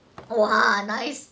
!wah! nice